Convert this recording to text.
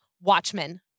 Watchmen